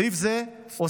סעיף זה אוסר